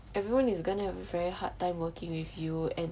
everyone is gonna have a very hard time working with you and